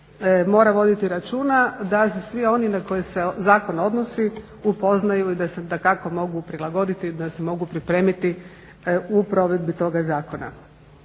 mora voditi računa da se svi oni na koje se zakon odnosi upoznaju i da se dakako mogu prilagoditi i da se mogu pripremiti u provedbi toga zakona.